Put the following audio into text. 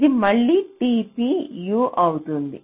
ఇది మళ్ళీ tpU అవుతుంది